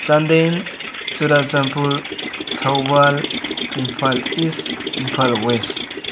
Chandel Churachandpur Thoubal Imphal east Imphal west